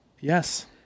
Yes